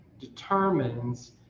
determines